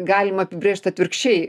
galim apibrėžt atvirkščiai